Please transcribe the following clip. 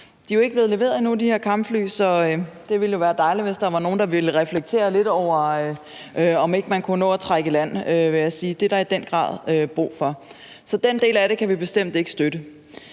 er jo ikke blevet leveret endnu, så det ville være dejligt, hvis der var nogen, der ville reflektere lidt over, om ikke man kunne nå at trække i land, vil jeg sige, for det er der i den grad brug for. Så den del af det kan vi bestemt ikke støtte.